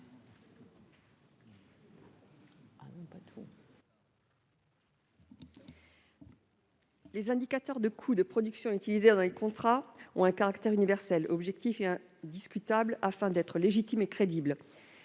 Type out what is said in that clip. Les indicateurs de coûts de production utilisés dans les contrats ont un caractère universel, objectif et indiscutable afin d'être légitimes et crédibles.